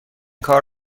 کار